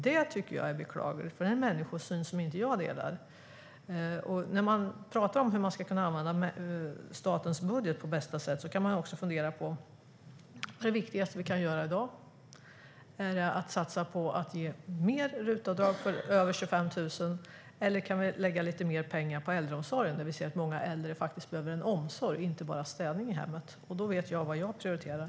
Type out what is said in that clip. Det är beklagligt och en människosyn som jag inte delar. När vi talar om hur vi ska kunna använda statens budget på bästa sätt kan vi också fundera på vad det viktigaste vi kan göra i dag är. Är det att satsa på att ge mer RUT-avdrag för över 25 000 eller att lägga lite mer pengar på äldreomsorgen? Många äldre behöver omsorg, inte bara städning i hemmet. Jag vet vad jag prioriterar.